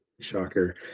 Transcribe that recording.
shocker